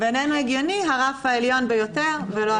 בעינינו הגיוני הרף העליון ביותר ולא התחתון.